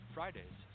Fridays